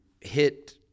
hit